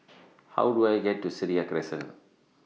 How Do I get to Seraya Crescent